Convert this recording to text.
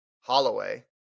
Holloway